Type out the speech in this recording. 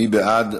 מי בעד?